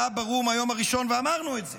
היה ברור מהיום הראשון, ואמרנו את זה.